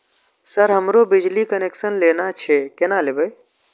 Sir हमरो बिजली connection लेना छे केना लेबे?